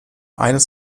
eines